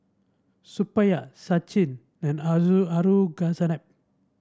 Suppiah Sachin and